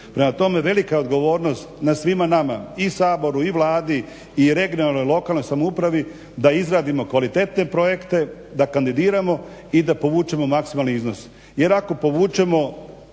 Prema tome velika je odgovornost na svima nama i Saboru i Vladi i regionalnoj lokalnoj samoupravi da izradimo kvalitetne projekte, da kandidiramo i da povučemo maksimalni iznos.